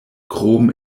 krom